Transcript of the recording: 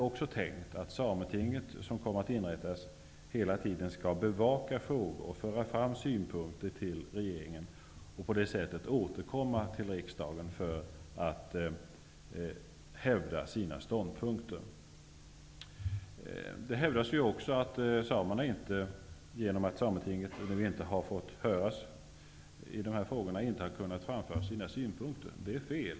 Det är tänkt att Sametinget, som kommer att inrättas, hela tiden skall bevaka frågor, föra fram synpunkter till regeringen och på det sättet återkomma till riksdagen för att hävda sina ståndpunkter. Det hävdas att Sametinget inte har kunnat höras i de här frågorna och att de inte har kunnat framföra sina synpunkter. Detta är fel.